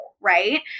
right